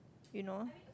you know